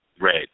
Red